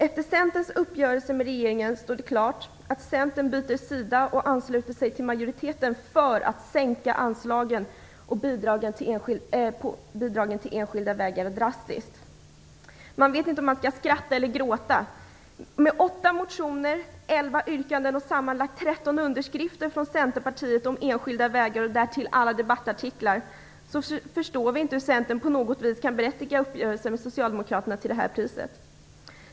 Efter Centerns uppgörelse med regeringen stod det klart att Centern byter sida och ansluter sig till majoriteten för en drastisk sänkning av anslagen och bidragen till enskilda vägar. Man vet inte om man skall skratta eller gråta. Med åtta motioner, elva yrkanden och sammanlagt 13 underskrifter från Centerpartiet om enskilda vägar, och därtill alla debattartiklar, förstår vi inte hur Centern på något vis kan berättiga uppgörelsen med Socialdemokraterna till det här priset.